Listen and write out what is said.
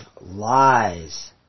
lies